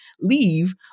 leave